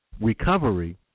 recovery